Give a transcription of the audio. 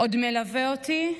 עוד מלווה אותי,